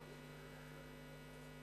תודה לך.